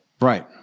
Right